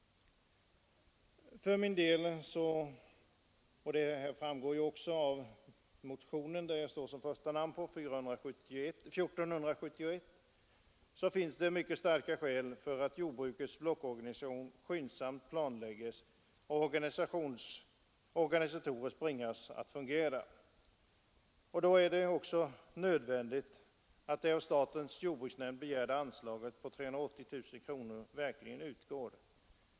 För min del anser jag — det framgår också av motionen 1471, där jag står som första namn — att det finns mycket starka skäl för att jordbrukets blockorganisation skyndsamt måste planläggas och organisatoriskt bringas att fungera. Då är det också nödvändigt att det av statens jordbruksnämnd begärda anslaget på 380000 kronor verkligen utgår.